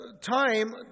time